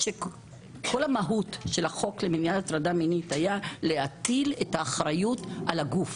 כל המהות של החוק למניעת הטרדה מינית היה להטיל את האחריות על הגוף,